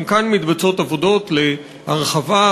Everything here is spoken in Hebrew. גם כאן מתבצעות עבודות להרחבה,